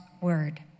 word